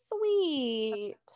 sweet